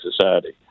society